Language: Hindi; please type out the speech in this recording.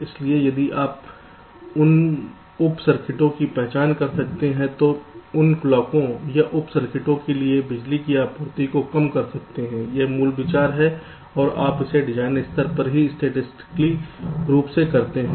इसलिए यदि आप उन उप सर्किटों की पहचान कर सकते हैं तो उन ब्लॉकों या उप सर्किटों के लिए बिजली की आपूर्ति को कम कर सकते हैं यह मूल विचार है और आप इसे डिज़ाइन स्तर पर ही स्टैटिकली रूप से करते हैं